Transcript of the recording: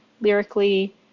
lyrically